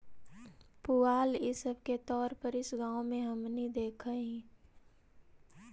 पुआल इ सब के तौर पर इस गाँव में हमनि देखऽ हिअइ